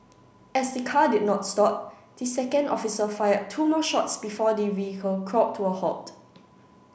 as the car did not stop the second officer fired two more shots before the vehicle crawled to a halt